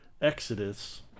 exodus